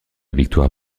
victoire